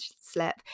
slip